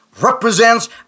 represents